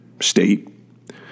state